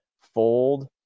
fold